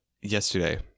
Yesterday